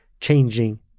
changing